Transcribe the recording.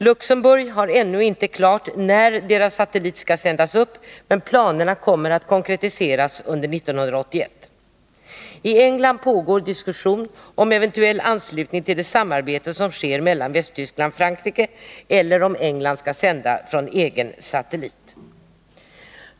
Luxemburg har ännu inte bestämt när deras satellit skall sändas upp, men planerna kommer att konkretiseras under 1981. I England pågtr en diskussion om huruvida landet skall ansluta sig till det samarbete sdm sker mellan Västtyskland och Frankrike eller om man skall sända från egen satellit.